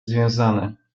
związane